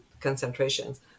concentrations